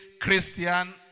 christian